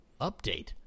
Update